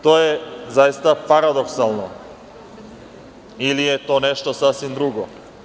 To je zaista paradoksalno, ili je to nešto sasvim drugo.